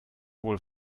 wohl